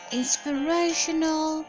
inspirational